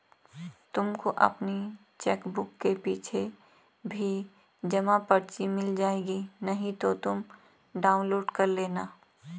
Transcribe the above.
तुमको अपनी चेकबुक के पीछे भी जमा पर्ची मिल जाएगी नहीं तो तुम डाउनलोड कर लेना